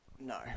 No